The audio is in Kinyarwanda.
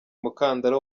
umukandara